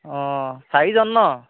অ' চাৰিজন ন